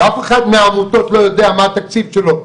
ואף אחת מהעמותות לא יודעת מה התקציב שלה,